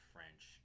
French